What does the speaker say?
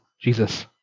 Jesus